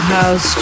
House